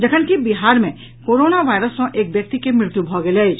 जखनकि बिहार मे corona virus सँ एक व्यक्ति के मृत्यू भेल अछि